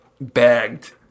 bagged